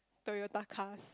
Toyota cars